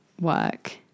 work